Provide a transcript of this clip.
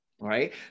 right